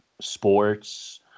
sports